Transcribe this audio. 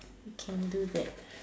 can we do that